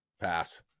pass